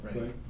Right